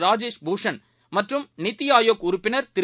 ராஜேஷ்பூஷன்மற்றும்நித்திஆயோக்உறுப்பினர்திரு